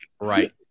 right